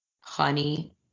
honey